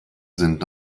sind